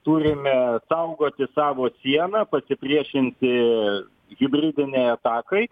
turime saugoti savo sieną pasipriešinti hibridinei atakai